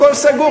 הכול סגור,